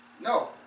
No